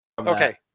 Okay